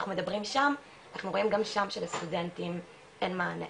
רואים גם שם שלסטודנטים אין מענה.